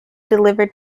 delivered